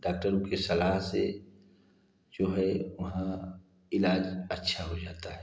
डाक्टरों के सलाह से जो है वहाँ इलाज अच्छा हो जाता है